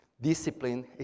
Discipline